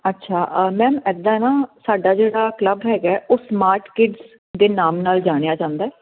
ਅੱਛਾ ਮੈਮ ਐਦਾਂ ਨਾ ਸਾਡਾ ਜਿਹੜਾ ਕਲੱਬ ਹੈਗਾ ਉਹ ਸਮਾਰਟ ਕਿਡਸ ਦੇ ਨਾਮ ਨਾਲ ਜਾਣਿਆ ਜਾਂਦਾ